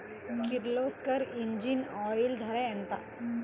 Kirloskar engine oil ధర ఎంత?